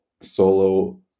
solo